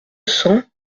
cent